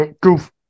Goof